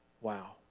Wow